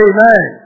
Amen